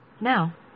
Now